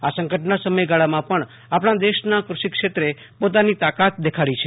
આ સંકટના સમયગાળામાં પણ આપણા દેશના કૃષિક્ષેત્રે પોતાની તાકાત દેખાડી છે